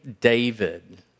David